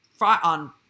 on